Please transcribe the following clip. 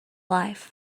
life